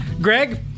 Greg